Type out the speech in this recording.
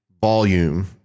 volume